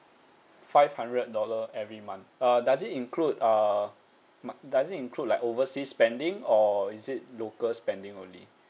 five hundred dollar every month uh does it include err my does include like oversea spending or is it local spending only